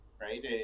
right